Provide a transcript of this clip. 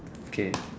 okay